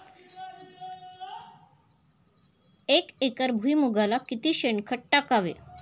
एक एकर भुईमुगाला किती शेणखत टाकावे?